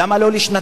למה לא לשנתיים?